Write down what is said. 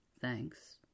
Thanks